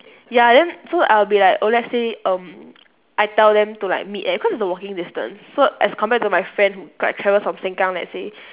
ya then so I'll be like oh let's say um I tell them to like meet at cause it's a walking distance so as compared to my friend who travels from sengkang let's say